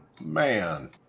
Man